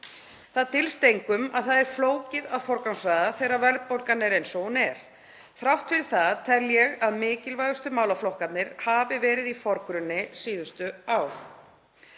Það dylst engum að það er flókið að forgangsraða þegar verðbólgan er eins og hún er. Þrátt fyrir það tel ég að mikilvægustu málaflokkarnir hafi verið í forgrunni síðustu ár.